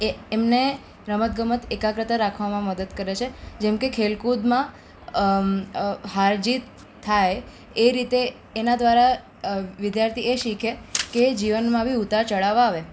એ એમને રમત ગમત એકાગ્રતા રાખવામાં મદદ કરે છે જેમકે ખેલ કુદમાં હાર જીત થાય એ રીતે એના દ્વારા વિદ્યાર્થી એ શીખે કે જીવનમાં બી ઉતાર ચડાવ આવે